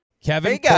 Kevin